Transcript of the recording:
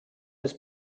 has